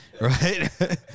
right